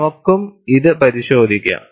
നമുക്കും ഇത് പരിശോധിക്കാം